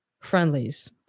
friendlies